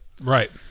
Right